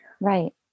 right